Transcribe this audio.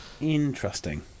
Interesting